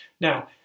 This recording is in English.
Now